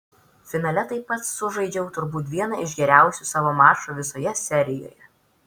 finale taip pat sužaidžiau turbūt vieną iš geriausių savo mačų visoje serijoje